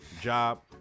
job